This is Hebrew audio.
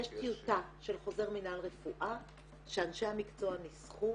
יש טיוטה של חוזר מנהל רפואה שאנשי המקצוע ניסחו.